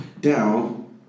down